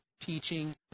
teaching